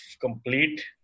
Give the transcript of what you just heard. complete